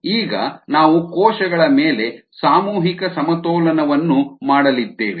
ಈಗ ನಾವು ಕೋಶಗಳ ಮೇಲೆ ಸಾಮೂಹಿಕ ಸಮತೋಲನವನ್ನು ಮಾಡಲಿದ್ದೇವೆ